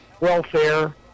welfare